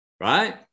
right